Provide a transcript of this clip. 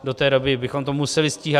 Do té doby bychom to museli stíhat.